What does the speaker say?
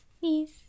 Please